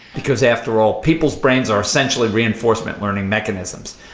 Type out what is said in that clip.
because after all, people's brains are essentially reinforcement learning mechanisms.